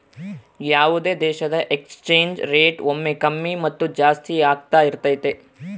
ಯಾವುದೇ ದೇಶದ exchange rate ಒಮ್ಮೆ ಕಮ್ಮಿ ಮತ್ತು ಜಾಸ್ತಿ ಆಗ್ತಾ ಇರತೈತಿ